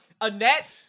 Annette